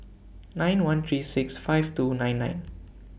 nine one three six five two nine nine